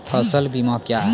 फसल बीमा क्या हैं?